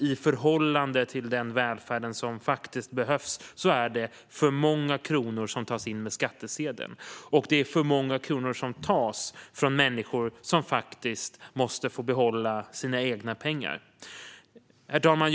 I förhållande till den välfärd som faktiskt behövs är det för många kronor som tas in med skattsedeln, och det är för många kronor som tas från människor som faktiskt måste få behålla sina egna pengar. Herr talman!